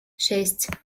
шесть